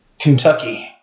Kentucky